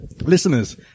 listeners